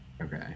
okay